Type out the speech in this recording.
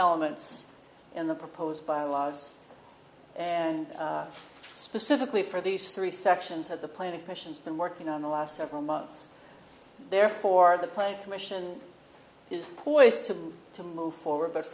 elements in the proposed by laws and specifically for these three sections of the planning question's been working on the last several months therefore the play commission is poised to move to move forward but